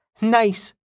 nice